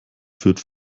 führt